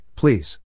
please